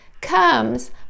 comes